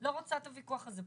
לא רוצה את הוויכוח הזה פה.